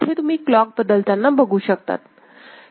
इथे तुम्ही क्लॉक बदलताना बघू शकतात